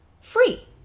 free